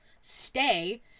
stay